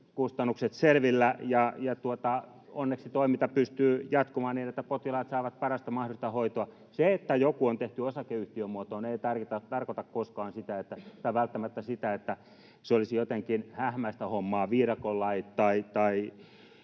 yksikkökustannukset selvillä, ja onneksi toiminta pystyy jatkumaan niin että potilaat saavat parasta mahdollista hoitoa. Se, että joku on tehty osakeyhtiömuotoon, ei tarkoita välttämättä sitä, että se olisi jotenkin hähmäistä hommaa, että olisi